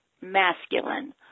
masculine